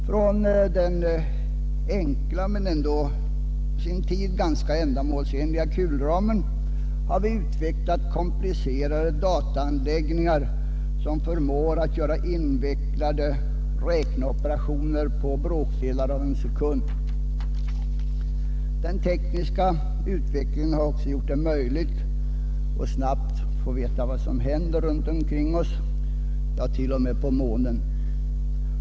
Från den enkla men ändock på sin tid ganska ändamålsenliga kulramen har vi utvecklat komplicerade dataanläggningar, som förmår att göra invecklade räkneoperationer på bråkdelar av en sekund. Den tekniska utvecklingen har också gjort det möjligt att snabbt få veta vad som händer runt omkring oss, ja t.o.m. på månen.